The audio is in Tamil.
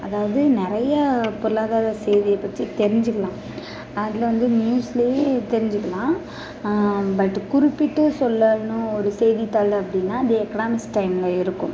அதாவது நிறைய பொருளாதார சேவையை பற்றி தெரிஞ்சிக்கலாம் அதில் வந்து நியூஸ்லயே தெரிஞ்சிக்கலாம் பட் குறிப்பிட்டு சொல்லணும் ஒரு செய்தித்தாள் அப்படின்னா தி எக்கனாமிஸ் டைம்ல இருக்கும்